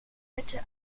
wette